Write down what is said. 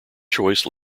choice